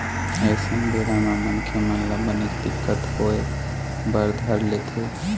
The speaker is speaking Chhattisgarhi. अइसन बेरा म मनखे मन ल बनेच दिक्कत होय बर धर लेथे